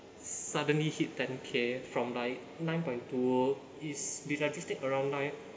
suddenly hit ten K from like nine point two is we registered around nine